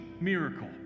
miracle